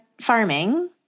farming